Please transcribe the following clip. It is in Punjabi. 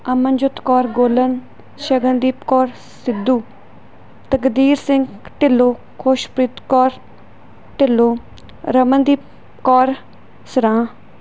ਅਮਨਜੋਤ ਕੌਰ ਗੋਲਨ ਸ਼ਗਨਦੀਪ ਕੌਰ ਸਿੱਧੂ ਤਕਦੀਰ ਸਿੰਘ ਢਿੱਲੋਂ ਖੁਸ਼ਪ੍ਰੀਤ ਕੌਰ ਢਿੱਲੋਂ ਰਮਨਦੀਪ ਕੌਰ ਸਰਾਂ